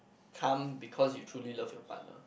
come because you truly love your partner